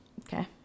Okay